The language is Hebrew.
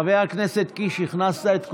חבר הכנסת קיש, הכנסת את כולם?